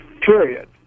period